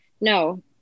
No